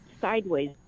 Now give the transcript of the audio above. sideways